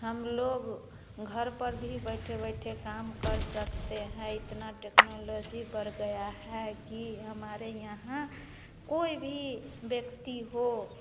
हम लोग घर पर भी बैठे बैठे काम कर सकते है इतना टेक्नोलॉजी बढ़ गया है कि हमारे यहाँ कोई भी व्यक्ति हो